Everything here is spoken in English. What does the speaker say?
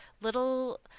little